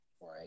right